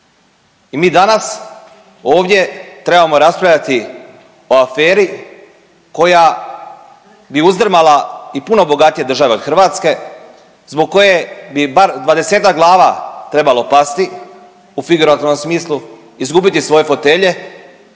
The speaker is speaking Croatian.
i mi danas ovdje trebamo raspravljati o aferi koja bi uzdrmala i puno bogatije države od Hrvatske, zbog koje bi bar 20-ak glava trebalo pasti u figurativnom smislu, izgubiti svoje fotelje